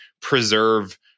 preserve